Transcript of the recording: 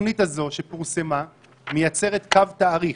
התוכנית הזו שפורסמה מייצרת קו-תאריך